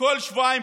כל שבועיים,